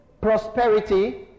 prosperity